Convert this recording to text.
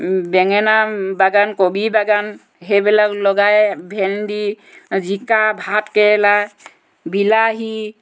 বেঙেনা বাগান কবি বাগান সেইবিলাক লগাই ভেন্দি জিকা ভাতকেৰেলা বিলাহী